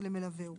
ולמלווהו,